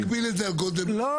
בואו נקביל את זה על גודל --- לא,